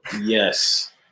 yes